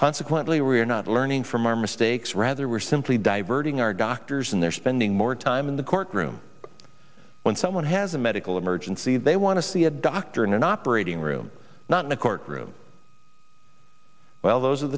consequently we are not learning from our mistakes rather we're simply diverting our doctors and they're spending more time in the courtroom when someone has a medical emergency they want to see a doctor in an operating room not in a courtroom well those are